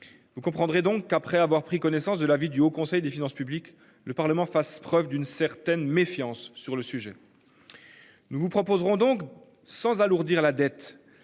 Vous comprendrez donc après avoir pris connaissance de l'avis du Haut Conseil des finances publiques. Le parlement fasse preuve d'une certaine méfiance sur le sujet. Nous vous proposerons donc sans alourdir la dette